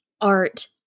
art